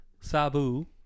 Sabu